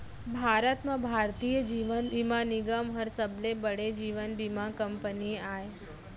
भारत म भारतीय जीवन बीमा निगम हर सबले बड़े जीवन बीमा कंपनी आय